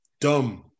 Dumb